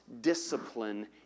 discipline